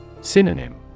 Synonym